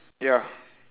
ya